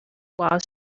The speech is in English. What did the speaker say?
while